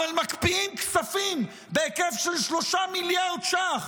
אבל מקפיאים כספים בהיקף של 3 מיליארד ש"ח,